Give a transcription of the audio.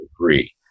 agree